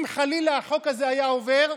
אם חלילה החוק הזה היה עובר,